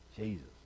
Jesus